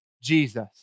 Jesus